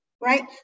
right